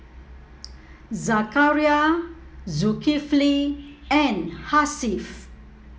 Zakaria Zulkifli and Hasif